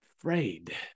Afraid